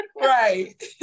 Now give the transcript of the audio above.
right